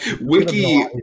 Wiki